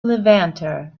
levanter